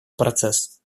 процесс